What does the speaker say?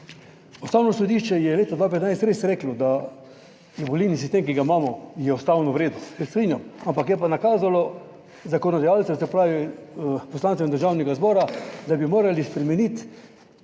Ustavno sodišče je leta 2015 res reklo, da je volilni sistem, ki ga imamo, je ustavno v redu, se strinjam, ampak je pa nakazalo zakonodajalcem, se pravi poslancem Državnega zbora, da bi morali spremeniti